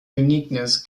uniqueness